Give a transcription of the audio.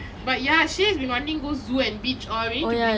but ya shay has been wanting go zoo and beach all we need to bring him lah